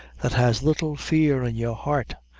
that has little fear in your heart.